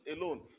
alone